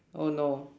oh no